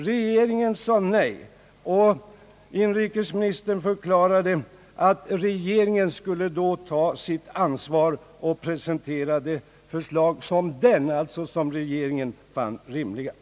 Regeringen sade nej, och inrikesministern förklarade att regeringen då skulle ta sitt ansvar och presentera de förslag som regeringen fann rimligast.